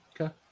okay